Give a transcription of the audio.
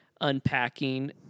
unpacking